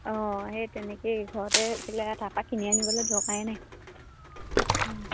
অঁ সেই তেনেকেই ঘৰতে তাৰ পৰা কিনি আনিবলৈ দৰকাৰে নাই